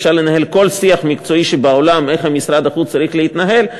אפשר לנהל כל שיח מקצועי בעולם איך משרד החוץ צריך להתנהל,